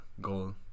goal